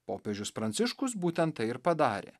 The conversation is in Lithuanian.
popiežius pranciškus būtent tai ir padarė